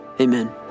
amen